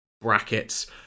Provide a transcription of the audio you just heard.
Brackets